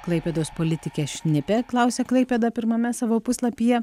klaipėdos politikė šnipė klausia klaipėda pirmame savo puslapyje